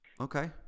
Okay